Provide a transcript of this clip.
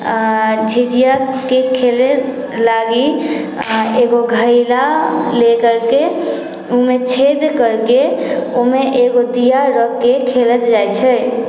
आओर झिझियाके खेलै लागी एगो घैला लेकरके ओहिमे छेद करिके ओहिमे एगो दिया रखिके खेलल जाइ छै